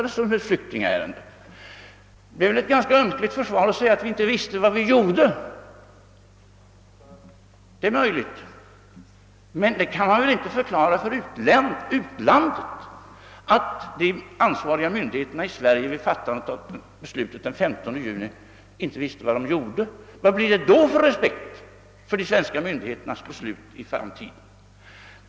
Det är möjligt att så var förhållandet, men man kan väl inte förklara för utlandet, att de ansvariga myndigheterna i Sverige vid fattandet av beslutet den 15 juni inte visste vad de gjorde. Vilken blir då respekten för de svenska myndigheternas beslut i framtiden?